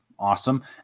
awesome